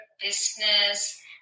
business